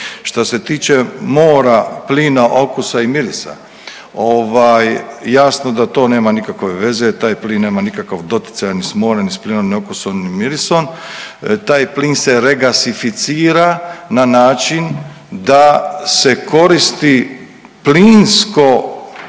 Što se tiče mora, plina, okusa i mirisa, ovaj, jasno da to nemamo nikakve veze, taj plin nema nikakvog doticaj ni sa morem ni s plinom ni okusom ni mirisom, taj plin se regasificira na način da se koristi plinsko